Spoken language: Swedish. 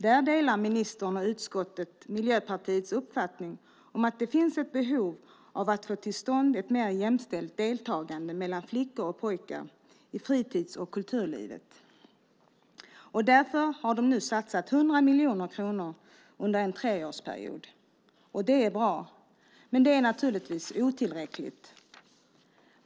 Där delar ministern och utskottet Miljöpartiets uppfattning om att det finns ett behov av att få till stånd ett mer jämställt deltagande mellan flickor och pojkar i fritids och kulturlivet. Därför har regeringen nu satsat 100 miljoner kronor under en treårsperiod. Det är bra, men det är naturligtvis otillräckligt.